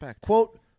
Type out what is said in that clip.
quote